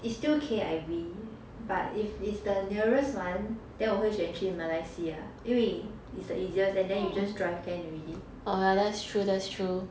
it's still K_I_V but if it's the nearest one then 我会选去马来西亚因为 it's the easiest and then you just drive can already